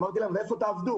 אמרתי להן: איפה תעבדו?